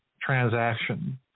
transaction